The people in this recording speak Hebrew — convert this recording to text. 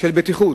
של בטיחות.